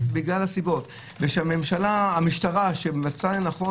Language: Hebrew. וכשהמשטרה מצאה לנכון